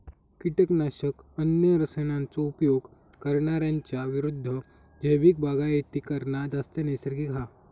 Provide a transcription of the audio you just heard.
किटकनाशक, अन्य रसायनांचो उपयोग करणार्यांच्या विरुद्ध जैविक बागायती करना जास्त नैसर्गिक हा